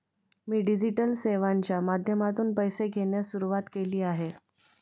मी digital सेवांच्या माध्यमातून पैसे घेण्यास सुरुवात केली आहे